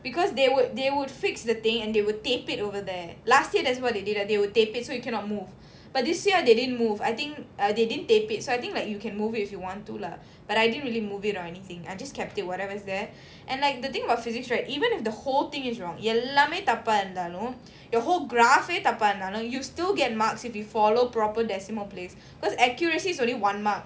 because they would they would fix the thing and they would tape it over there last year that's what they did ah they would tape it so you cannot move but this year they didn't move I think uh they didn't tape it so I think like you can move if you want to lah but I didn't really move it or anything I just kept it whatever's there and like the thing about physics right even if the whole thing is wrong எல்லாமே தப்பா இருந்தாலும்:ellaamae thappaa irunthaalum your whole graph தப்பா இருந்தாலும்:thappaa irunthaalum you'll still get marks if you follow proper decimal place because accuracy is only one mark